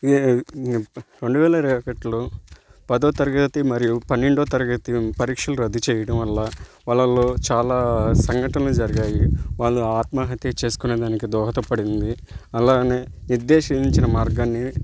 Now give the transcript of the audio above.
యే రెండు వేల ఇరవై ఒకటిలో పదవ తరగతి మరియు పన్నెండవ తరగతి పరీక్షలు రద్దు చేయడం వల్ల వాళ్ళల్లో చాలా సంఘటనలు జరిగాయి వాళ్ళు ఆత్మహత్య చేసుకునేదానికి దోహదపడింది అలానే నిర్దేశించిన మార్గాన్ని